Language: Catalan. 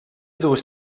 dues